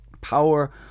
power